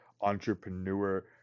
Entrepreneur